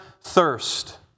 thirst